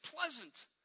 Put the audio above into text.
pleasant